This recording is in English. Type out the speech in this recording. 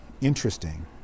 interesting